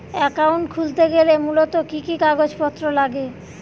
Account খুলতে গেলে মূলত কি কি কাগজপত্র লাগে?